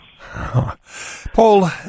Paul